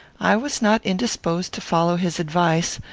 i was not indisposed to follow his advice,